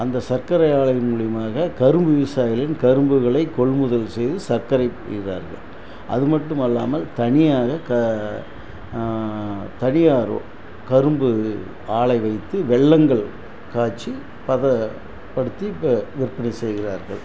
அந்த சர்க்கரை ஆலையின் மூலயமாக கரும்பு விவசாயிகளின் கரும்பு விலை கொள்முதல் செய்து சர்க்கரை இதாக இருக்குது அது மட்டும் அல்லாமல் தனியாக க தனியார் கரும்பு ஆலை வைத்து வெல்லங்கள் காய்ச்சி பதப்படுத்தி ப விற்பனை செய்கிறார்கள்